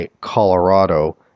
Colorado